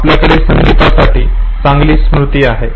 आपल्याकडे संगीतासाठी चांगली स्मृती आहे